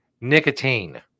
nicotine